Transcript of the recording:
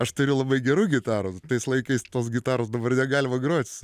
aš turiu labai gerų gitarų tais laikais tos gitaros dabar negalima grot